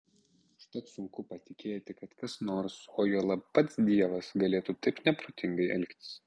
užtat sunku patikėti kad kas nors o juolab pats dievas galėtų taip neprotingai elgtis